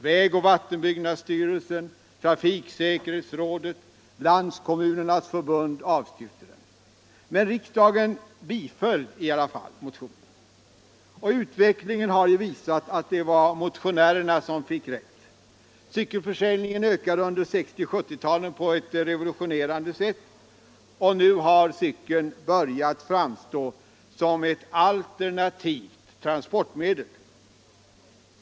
Väg och vattenbyggnadsstyrelsen, trafiksäkerhetsrådet och Landskommunernas förbund avstyrkte, men riksdagen biföll i alla fall motionen, och utvecklingen har ju visat att det var motionärerna som fick rätt. Cykelförsäljningen ökade under 1960 och 1970-talen på ett revolutionerande sätt, och nu har cykeln börjat framstå som ett alternativt trafikmedel.